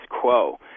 quo